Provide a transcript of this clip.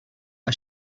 are